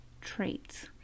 traits